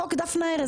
חוק דפנה ארז,